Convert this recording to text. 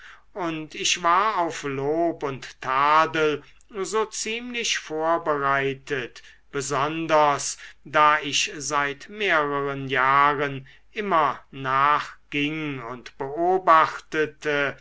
und ich war auf lob und tadel so ziemlich vorbereitet besonders da ich seit mehreren jahren immer nachging und beobachtete